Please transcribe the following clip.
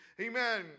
Amen